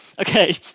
Okay